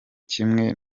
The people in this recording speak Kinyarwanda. kimwe